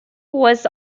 was